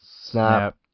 snap